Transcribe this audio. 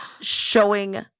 showing –